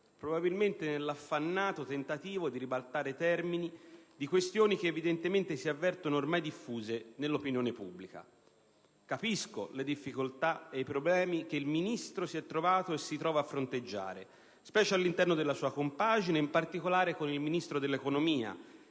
probabilmente nell'affannoso tentativo di ribaltare i termini di questioni che evidentemente si avvertono ormai diffuse nell'opinione pubblica. Capisco le difficoltà e i problemi che il Ministro si è trovato e si trova a fronteggiare, specie all'interno della sua compagine governativa, e in particolare con il Ministro dell'economia,